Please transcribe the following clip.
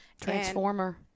Transformer